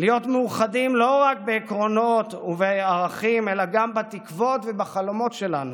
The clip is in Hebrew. להיות מאוחדים לא רק בעקרונות ובערכים אלא גם בתקוות ובחלומות שלנו.